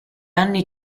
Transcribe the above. anni